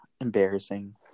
embarrassing